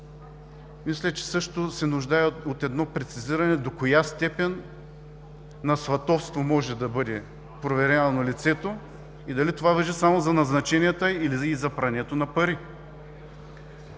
Мисля, че също се нуждае от едно прецизиране до коя степен на сватовство може да бъде проверявано лицето, дали това важи само за назначенията, или и за прането на пари.